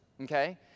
Okay